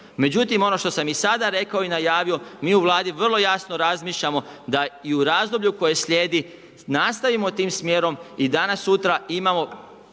Međutim, ono što sam i sada rekao i najavio, mi u Vladi vrlo jasno razmišljamo da i u razdoblju koje slijedi nastavimo tim smjerom i danas-sutra imamo